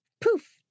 poof